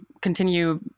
continue